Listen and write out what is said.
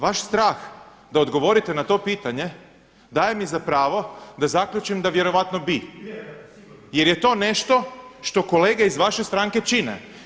Vaš strah da odgovorite na to pitanje daje mi za pravo da zaključim da vjerojatno bi, jer je to nešto što kolege iz vaše stranke čine.